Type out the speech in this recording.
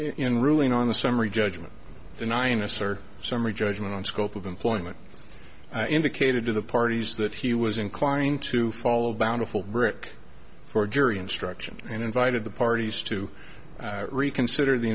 in ruling on the summary judgment denying us or summary judgment on scope of employment i indicated to the parties that he was inclined to follow bountiful brick for jury instructions and invited the parties to reconsider the